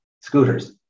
scooters